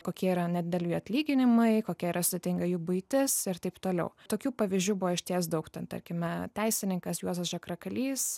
kokie yra nedideli jų atlyginimai kokia yra sudėtinga jų buitis ir taip toliau tokių pavyzdžių buvo išties daug ten tarkime teisininkas juozas žagrakalys